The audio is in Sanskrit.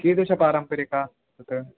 कीदृश पारम्परिका तत्